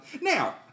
Now